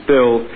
Bill